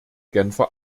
genfer